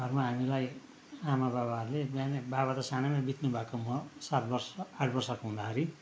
घरमा हामीलाई आमाबाबाहरूले बिहानै बाबा त सानैमा बित्नु भएको म सात वर्ष आठ वर्षको हुँदाखेरि